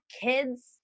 kids